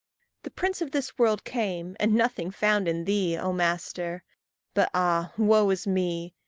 the prince of this world came, and nothing found in thee, o master but, ah, woe is me!